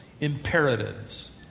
imperatives